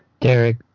Derek